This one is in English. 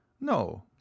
No